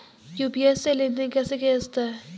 UPI से लेनदेन कैसे किया जा सकता है?